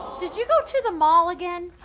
did you go to the mall again?